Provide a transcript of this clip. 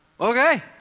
Okay